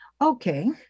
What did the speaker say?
Okay